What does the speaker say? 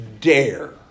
dare